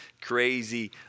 crazy